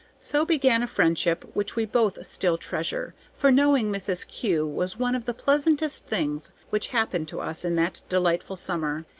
so began a friendship which we both still treasure, for knowing mrs. kew was one of the pleasantest things which happened to us in that delightful summer,